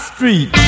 Street